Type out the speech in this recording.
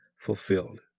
fulfilled